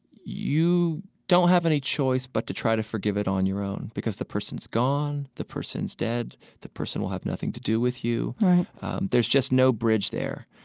you don't have any choice but to try to forgive it on your own, because the person's gone, the person's dead, the person will have nothing to do with you right there's just no bridge there.